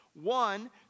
One